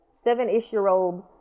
seven-ish-year-old